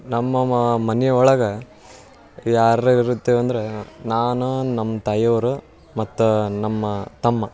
ನಮ್ಮ ಮನೆ ಒಳಗೆ ಯಾರ್ರ ಇರುತ್ತೇವಂದ್ರ ನಾನು ನಮ್ಮ ತಾಯಿಯವರು ಮತ್ತು ನಮ್ಮ ತಮ್ಮ